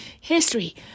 history